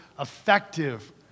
effective